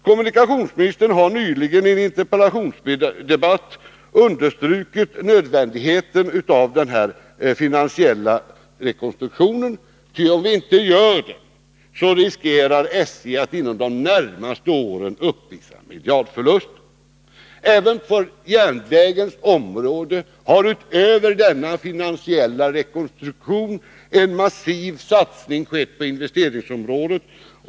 Kommunikationsministern underströk nyligen i en interpellationsdebatt nödvändigheten av en finansiell rekonstruktion. Om en sådan inte görs, är det risk för att SJ under de närmaste åren kommer att uppvisa miljardförluster. När det gäller järnvägsområdet är det inte bara fråga om en finansiell rekonstruktion, utan en massiv satsning har också skett på investeringssidan.